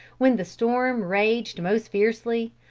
when the storm raged most fiercely,